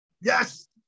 Yes